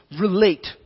relate